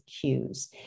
cues